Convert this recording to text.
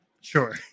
sure